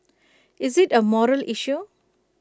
is IT A moral issue